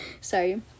Sorry